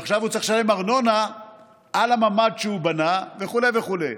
ועכשיו הוא צריך לשלם ארנונה על הממ"ד שהוא בנה וכו' וכו'.